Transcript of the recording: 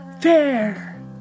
Fair